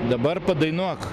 dabar padainuok